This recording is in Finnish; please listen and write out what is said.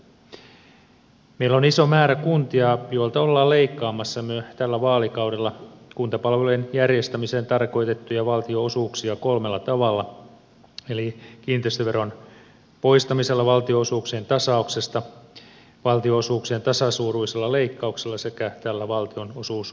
meillä on iso määrä kuntia joilta ollaan leikkaamassa myös tällä vaalikaudella kuntapalvelujen järjestämiseen tarkoitettuja valtionosuuksia kolmella tavalla eli kiinteistöveron poistamisella valtionosuuksien tasauksesta valtionosuuksien tasasuuruisella leikkauksella sekä tällä valtionosuusuudistuksella